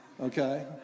okay